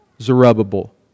Zerubbabel